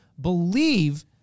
believe